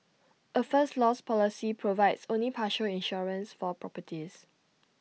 A first loss policy provides only partial insurance for properties